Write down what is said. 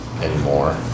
anymore